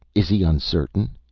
is he uncertain?